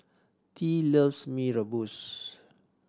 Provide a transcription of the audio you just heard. Tea loves Mee Rebus